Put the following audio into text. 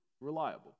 reliable